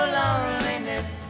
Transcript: loneliness